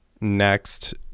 next